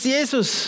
Jesus